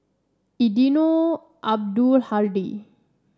Eddino Abdul Hadi